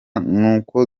n’uko